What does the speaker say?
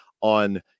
on